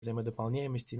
взаимодополняемости